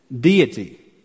deity